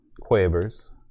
quavers